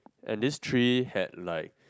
and this tree had like